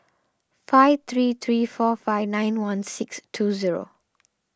five three three four five nine one six two zero